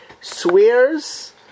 swears